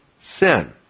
sin